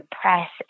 press